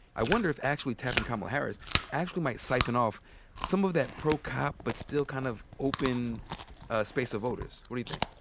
i wonder if actually having kamala harris actually might siphon off some of that pro-cop but still kind of open space of voters. what do you think?